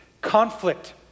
Conflict